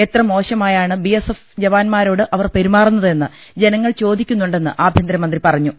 എത്ര മോശമായാണ് B S F ജവാന്മാരോട് അവർ പെരുമാറുന്നതെന്ന് ജനങ്ങൾ ചോദിക്കുന്നുണ്ടെന്ന് ആഭ്യന്തരമന്ത്രി പറഞ്ഞു